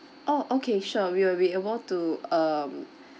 orh okay sure we'll be able to um